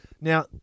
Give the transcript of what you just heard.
Now